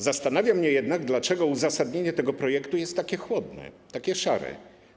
Zastanawia mnie jednak, dlaczego uzasadnienie tego projektu jest takie chłodne, takie szare.